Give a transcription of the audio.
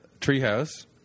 Treehouse